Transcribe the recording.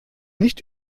nicht